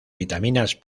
vitaminas